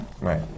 Right